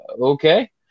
okay